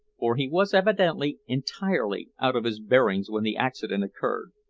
for he was evidently entirely out of his bearings when the accident occurred.